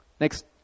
Next